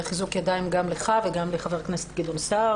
חיזוק ידיים גם לך וגם לחבר הכנסת גדעון סער,